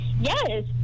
yes